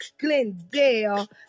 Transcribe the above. Glendale